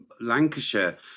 Lancashire